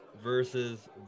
versus